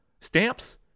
stamps